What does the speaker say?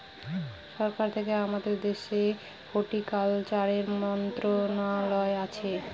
সরকার থেকে আমাদের দেশের হর্টিকালচারের মন্ত্রণালয় আছে